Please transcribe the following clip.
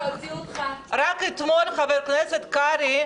רק אתמול, חבר הכנסת קרעי,